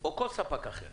או כל ספק אחר